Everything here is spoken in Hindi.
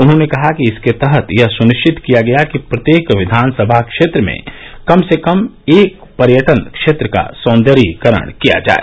उन्होंने कहा कि इसके तहत यह सुनिश्चित किया गया कि प्रत्येक विधानसभा क्षेत्र में कम से कम एक पर्यटन क्षेत्र का साँदर्यीकरण किया जाए